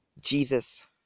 Jesus